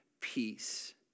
peace